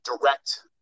direct